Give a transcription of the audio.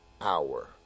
hour